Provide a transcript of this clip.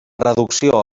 reducció